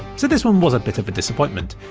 so this one was a bit of a disappointment.